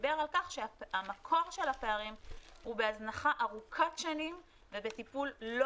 ודיבר על כך שהמקור של הפערים הוא בהזנחה ארוכת שנים ובטיפול לא